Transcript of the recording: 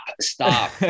stop